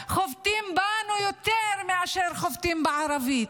חובטים בנו יותר מאשר חובטים בערבים.